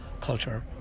culture